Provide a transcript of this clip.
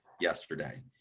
yesterday